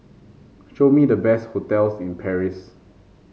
show me the best hotels in Paris